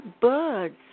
birds